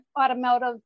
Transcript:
automotive